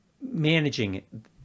managing